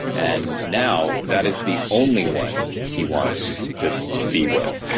and now that is the only one he wants to be with.